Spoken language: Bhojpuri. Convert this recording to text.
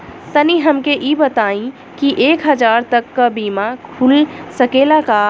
तनि हमके इ बताईं की एक हजार तक क बीमा खुल सकेला का?